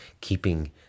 keeping